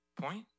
Point